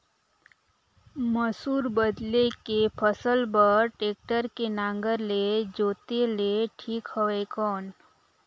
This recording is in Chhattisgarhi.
मसूर बदले के फसल बार टेक्टर के नागर ले जोते ले ठीक हवय कौन?